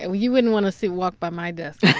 ah you wouldn't want to see walk by my desk yeah